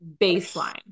baseline